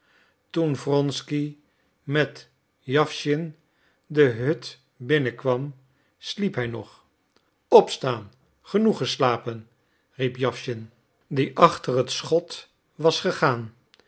toen wronsky met jawschin de hut binnen kwam sliep hij nog opstaan genoeg geslapen riep jawschin die achter het schot was gegaan